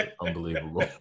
unbelievable